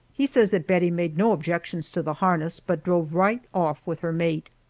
he says that bettie made no objections to the harness, but drove right off with her mate.